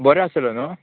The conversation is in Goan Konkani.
बरो आसलो न्हू